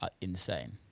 insane